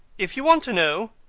if you want to know,